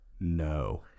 no